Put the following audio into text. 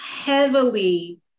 heavily